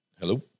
Hello